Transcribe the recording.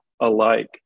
alike